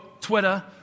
Twitter